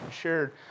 shared